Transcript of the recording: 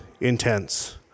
intense